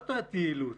מה זאת אומרת "יעילות"?